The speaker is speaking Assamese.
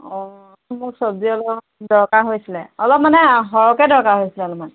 অঁ মোক চব্জি অলপ দৰকাৰ হৈছিলে অলপ মানে সৰহকৈ দৰকাৰ হৈছিলে অলপমান